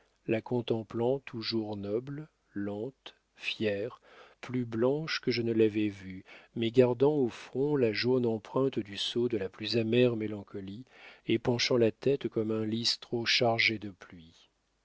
la contemplant toujours noble lente fière plus blanche que je ne l'avais vue mais gardant au front la jaune empreinte du sceau de la plus amère mélancolie et penchant la tête comme un lys trop chargé de pluie